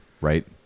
Right